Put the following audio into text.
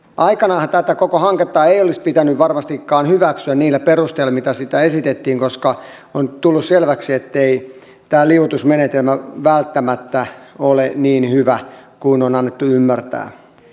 aikanaanhan tätä koko hanketta ei olisi pitänyt varmastikaan hyväksyä niillä perusteilla mitä esitettiin koska on tullut selväksi ettei tämä liuotusmenetelmä välttämättä ole niin hyvä kuin on annettu ymmärtää